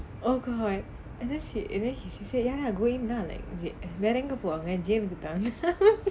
oh god and then she and then she say ya going lah வேற எங்க போவாங்க:vera enga povaanga jail தான்:thaan